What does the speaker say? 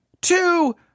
two